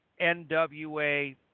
NWA